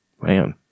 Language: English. Man